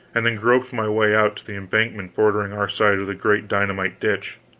and then groped my way out to the embankment bordering our side of the great dynamite ditch.